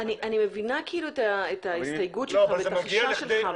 אני מבינה את ההסתייגות שלך ואת החשש לך,